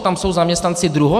Tam jsou zaměstnanci druhořadí?